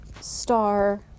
star